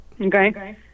Okay